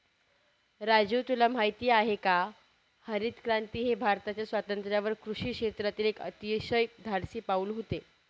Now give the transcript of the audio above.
राजू तुला माहित आहे का हरितक्रांती हे भारताच्या स्वातंत्र्यानंतर कृषी क्षेत्रातील एक अतिशय धाडसी पाऊल होते